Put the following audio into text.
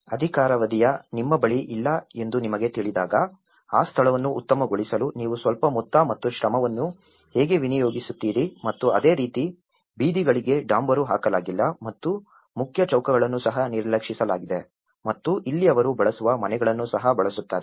ಅಧಿಕಾರಾವಧಿಯು ನಿಮ್ಮ ಬಳಿ ಇಲ್ಲ ಎಂದು ನಿಮಗೆ ತಿಳಿದಾಗ ಆ ಸ್ಥಳವನ್ನು ಉತ್ತಮಗೊಳಿಸಲು ನೀವು ಸ್ವಲ್ಪ ಮೊತ್ತ ಮತ್ತು ಶ್ರಮವನ್ನು ಹೇಗೆ ವಿನಿಯೋಗಿಸುತ್ತೀರಿ ಮತ್ತು ಅದೇ ರೀತಿ ಬೀದಿಗಳಿಗೆ ಡಾಂಬರು ಹಾಕಲಾಗಿಲ್ಲ ಮತ್ತು ಮುಖ್ಯ ಚೌಕಗಳನ್ನು ಸಹ ನಿರ್ಲಕ್ಷಿಸಲಾಗಿದೆ ಮತ್ತು ಇಲ್ಲಿ ಅವರು ಬಳಸುವ ಮನೆಗಳನ್ನು ಸಹ ಬಳಸುತ್ತಾರೆ